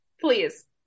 please